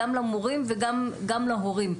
גם להורים וגם למורים.